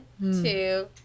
two